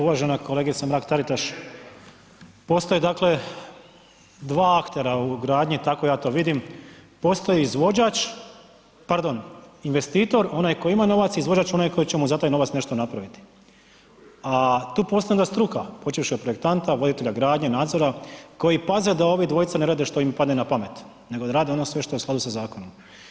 Uvažena kolegice Mrak Taritaš, postoje dakle dva aktera u gradnji, tako ja to vidim, postoji izvođač, pardon, investitor, onaj koji ima novac i izvođač, onaj koji će mu za taj novac nešto napraviti a tu postoji onda struka, počevši od projektanta, voditelja gradnje, nadzora koji paze da ova dvojica ne rade što im padne na pamet nego da rade ono sve što je u skladu sa zakonom.